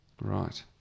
Right